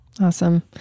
Awesome